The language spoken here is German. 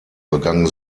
begann